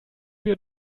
wir